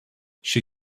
she